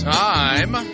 time